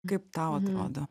kaip tau atrodo